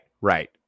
right